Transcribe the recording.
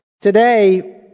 today